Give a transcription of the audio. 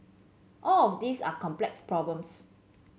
all of these are complex problems